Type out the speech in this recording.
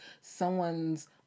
someone's